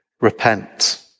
repent